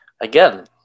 again